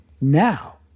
now